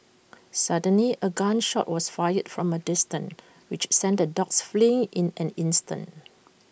suddenly A gun shot was fired from A distance which sent the dogs fleeing in an instant